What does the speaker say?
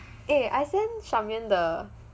eh I sent charmaine the